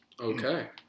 okay